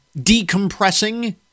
decompressing